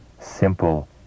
simple